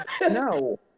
No